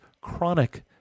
chronic